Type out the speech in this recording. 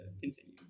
continue